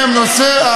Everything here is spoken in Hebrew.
בדרום תל-אביב ובנתניה.